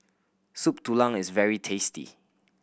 Soup Tulang is very tasty